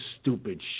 stupid